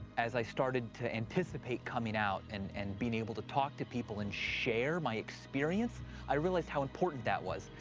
as i started to anticipate coming out and and being able to talk to people and share my experience i realised how important that was.